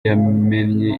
yamennye